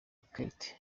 kate